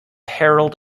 herald